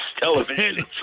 television